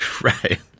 Right